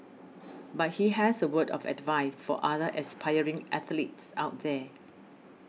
but he has a word of advice for other aspiring athletes out there